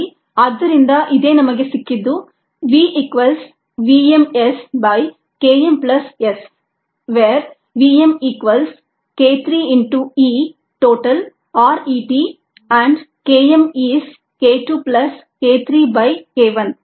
ಸರಿ ಆದ್ದರಿಂದ ಇದೆ ನಮಗೆ ಸಿಕ್ಕಿದ್ದು v equals v m S by K m plus S where v m equals k 3 into E total or E t ಮತ್ತು K m is k 2 plus k 3 by k 1